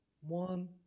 One